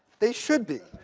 they should be.